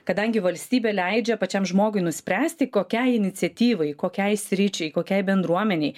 kadangi valstybė leidžia pačiam žmogui nuspręsti kokiai iniciatyvai kokiai sričiai kokiai bendruomenei